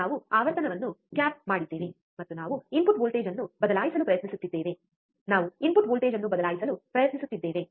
ನಾವು ಆವರ್ತನವನ್ನು ಕ್ಯಾಪ್ ಮಾಡಿದ್ದೇವೆ ಮತ್ತು ನಾವು ಇನ್ಪುಟ್ ವೋಲ್ಟೇಜ್ ಅನ್ನು ಬದಲಾಯಿಸಲು ಪ್ರಯತ್ನಿಸುತ್ತಿದ್ದೇವೆ ನಾವು ಇನ್ಪುಟ್ ವೋಲ್ಟೇಜ್ ಅನ್ನು ಬದಲಾಯಿಸಲು ಪ್ರಯತ್ನಿಸುತ್ತಿದ್ದೇವೆ